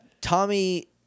Tommy